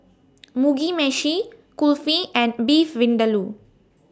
Mugi Meshi Kulfi and Beef Vindaloo